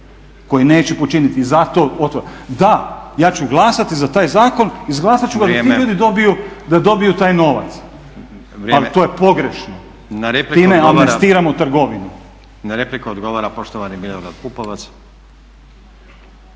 koji neće počiniti zato …/Govornik se ne razumije./… Da, ja ću glasati za taj zakon, izglasat ću ga da ti ljudi dobiju taj novac ali to je pogrešno. Time amnestiramo trgovinu. **Stazić, Nenad (SDP)** Na repliku odgovara poštovani Milorad Pupovac.